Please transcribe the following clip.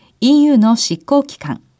EUの執行機関